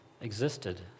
existed